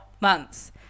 months